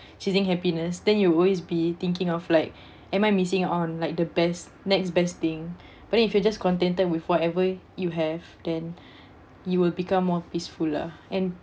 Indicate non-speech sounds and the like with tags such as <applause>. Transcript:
chasing happiness then you'll always be thinking of like <breath> am I missing on like the best next best thing <breath> but then if you're just contented with whatever you have then <breath> you will become more peaceful lah and